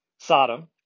Sodom